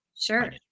Sure